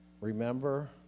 remember